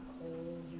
cold